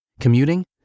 Commuting